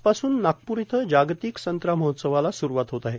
आजपासून नागपूर इथं जागतिक संत्रा महोत्सवाला सुरूवात होत आहे